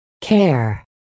care